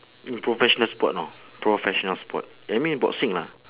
mm professional sport know professional sport eh mean boxing lah